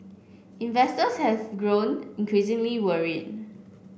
investors have grown increasingly worried